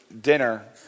dinner